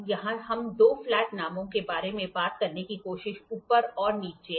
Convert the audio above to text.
तो यहां हम दो फ्लैट नामों के बारे में बात करने की कोशिश ऊपर और नीचे